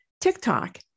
TikTok